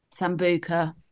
sambuca